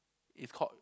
it's called